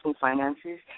finances